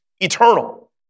eternal